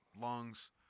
lungs